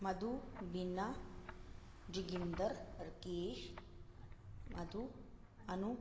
Madhu Veena Joginder Rakesh Madhu Anu